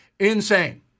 Insane